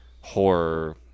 horror